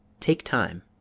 take time,